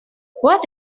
what